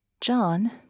John